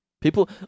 People